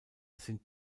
sind